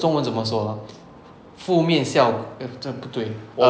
中文这么说 ah 负面效这这样不对